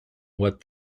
what